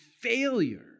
failure